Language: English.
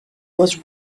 was